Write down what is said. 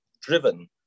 driven